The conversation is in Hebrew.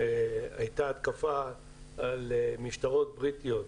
הייתה התקפה על משטרות בריטיות,